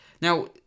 Now